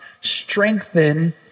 strengthen